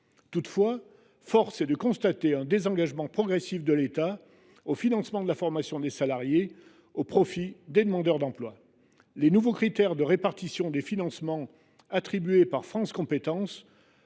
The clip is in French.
Toutefois, force est de constater un désengagement progressif de l’État au financement de la formation des salariés, au profit des demandeurs d’emploi. Les nouveaux critères de répartition des financements attribués par France Compétences